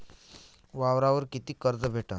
वावरावर कितीक कर्ज भेटन?